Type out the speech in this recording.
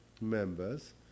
members